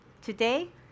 today